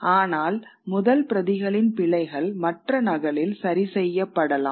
ஆனால் முதல் பிரதிகளின் பிழைகள் மற்ற நகலில் சரி செய்யப்படலாம்